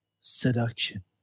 seduction